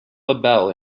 labelle